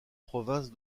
province